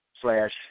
slash